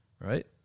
right